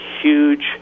huge